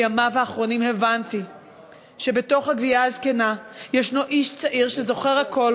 בימיו האחרונים הבנתי שבתוך הגווייה הזקנה יש איש צעיר שזוכר הכול,